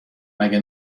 مگه